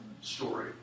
story